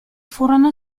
furono